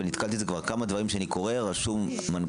ונתקלתי בזה בכמה דברים שאני קורא כתוב מנכ"ל,